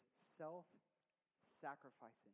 self-sacrificing